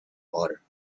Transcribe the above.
water